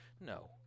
No